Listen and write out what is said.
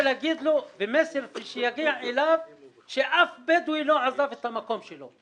לומר לו במסר שיגיע אליו שאף בדואי לא עזב את המקום שלו.